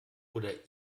oder